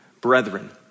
brethren